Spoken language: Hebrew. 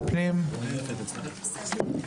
בבקשה.